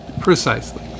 Precisely